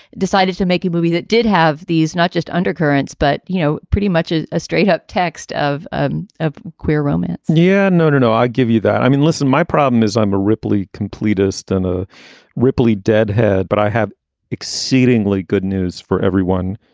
decided to make a movie that did have these not just undercurrents, but, you know, pretty much as a straight up text of um a queer romance yeah. no, no, no. i'll give you that. i mean, listen, my problem is i'm a ripley completist and a really dead head, but i have exceedingly good news for everyone